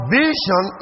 vision